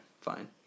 fine